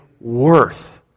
worth